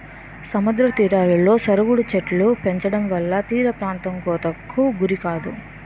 సముద్ర తీరాలలో సరుగుడు చెట్టులు పెంచడంవల్ల తీరప్రాంతం కోతకు గురికాదు